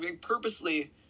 purposely